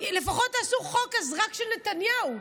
אז לפחות תעשו חוק רק של נתניהו,